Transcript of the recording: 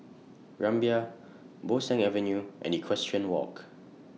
Rumbia Bo Seng Avenue and Equestrian Walk